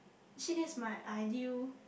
chill is my idea